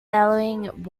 billowing